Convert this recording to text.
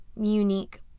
unique